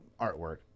artwork